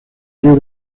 río